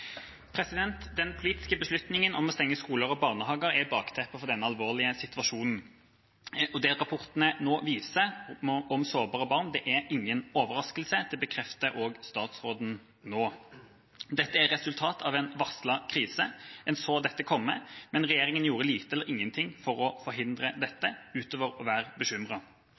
Den politiske beslutningen om å stenge skoler og barnehager er bakteppet for denne alvorlige situasjonen. Det rapportene nå viser om sårbare barn, er ingen overraskelse. Det bekrefter også statsråden nå. Dette er resultat av en varslet krise – en så dette komme, men regjeringa gjorde lite eller ingenting for å forhindre dette, utover å være